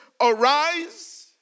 arise